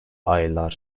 aylar